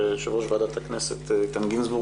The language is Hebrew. ויושב-ראש ועדת הכנסת איתן גינזבורג,